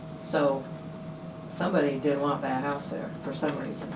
so somebody didn't want that house there for some